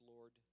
Lord